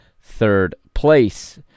third-place